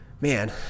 man